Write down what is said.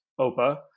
OPA